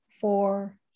four